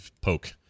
poke